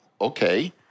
okay